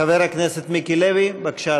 חבר הכנסת מיקי לוי, בבקשה,